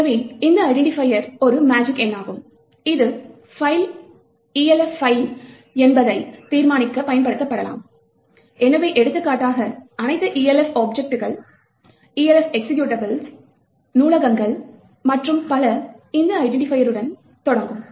எனவே இந்த ஐடென்டிபையர் ஒரு மேஜிக் எண்ணாகும் இது பைல் Elf பைல் என்பதை தீர்மானிக்க பயன்படுத்தப்படலாம் எனவே எடுத்துக்காட்டாக அனைத்து Elf ஆப்ஜெக்ட்கள் Elf எக்சிகியூட்டபிள் நூலகங்கள் மற்றும் பல இந்த ஐடென்டிபையருடன் தொடங்கும்